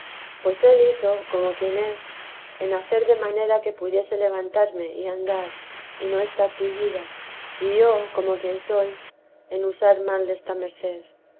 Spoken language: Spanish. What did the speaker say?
pues él hizo como quien es en hacer de manera que pudiese levantarme y andar y no estar tullida y yo como quien soy en usar mal desta merced